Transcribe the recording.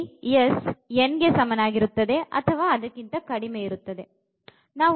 ಇಲ್ಲಿ s n ಗೆ ಸಮನಾಗಿರುತ್ತದೆ ಅಥವಾ ಅದಕ್ಕಿಂತ ಕಡಿಮೆ ಇರುತ್ತದೆ